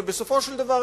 ובסופו של דבר,